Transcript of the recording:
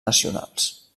nacionals